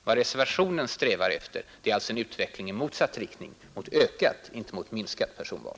Vad reservationen strävar efter är en utveckling i motsatt riktning, mot ökat och inte minskat personval.